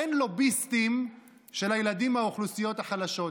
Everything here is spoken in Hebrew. אין לוביסטים של הילדים באוכלוסיות החלשות.